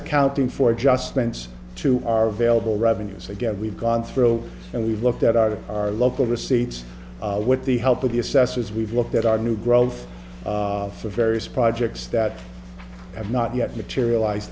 accounting for adjustments to our vailable revenues again we've gone through and we've looked at our to our local receipts with the help of the assessors we've looked at our new growth for various projects that have not yet materialize